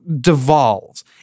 devolves